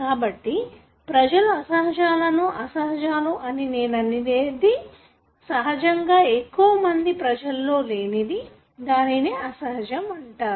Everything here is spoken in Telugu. కాబట్టి ప్రజలు అసహజలను అసహజాలు అని నేను అనేది సహజంగా ఎక్కువ మంది ప్రజలలో లేనిది దానినే అసహజం అంటారు